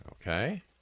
Okay